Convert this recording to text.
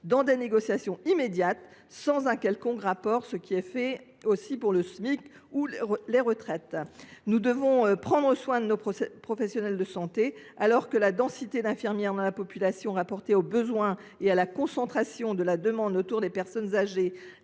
dans des négociations immédiates, sans qu’un quelconque rapport soit requis, à l’instar de ce qui se fait pour le Smic ou les retraites. Nous devons prendre soin de nos professionnels de santé, alors que la densité d’infirmiers dans la population, rapportée aux besoins et à la concentration de la demande autour des personnes âgées,